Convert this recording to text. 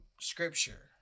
scripture